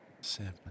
seven